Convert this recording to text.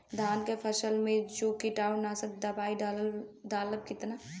धान के फसल मे जो कीटानु नाशक दवाई डालब कितना?